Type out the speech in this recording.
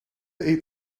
eat